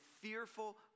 fearful